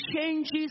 changes